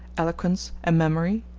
eloquence, and memory,